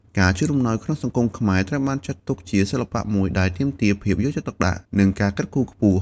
ការជូនអំណោយក្នុងសង្គមខ្មែរត្រូវបានចាត់ទុកជាសិល្បៈមួយដែលទាមទារភាពយកចិត្តទុកដាក់ និងការគិតគូរខ្ពស់។